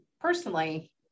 personally